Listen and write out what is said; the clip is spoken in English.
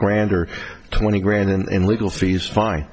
grand or twenty grand and legal fees fine